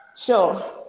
Sure